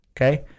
Okay